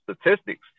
statistics